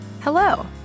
Hello